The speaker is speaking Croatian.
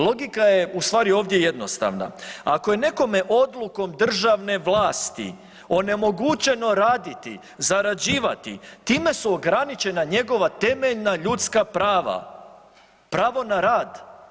Logika je ustvari ovdje jednostavna, ako je nekome odlukom državne vlasti onemogućeno raditi, zarađivati time su ograničena njegova temeljna ljudska prava, pravo na rad.